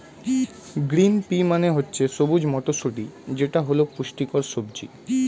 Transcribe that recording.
green pea মানে হচ্ছে সবুজ মটরশুঁটি যেটা হল পুষ্টিকর সবজি